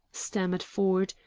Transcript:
stammered ford.